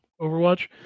overwatch